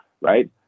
right